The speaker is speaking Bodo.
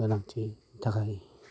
गोनांथिनि थाखाय